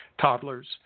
toddlers